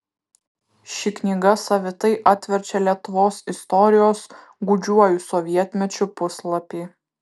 ši knyga savitai atverčia lietuvos istorijos gūdžiuoju sovietmečiu puslapį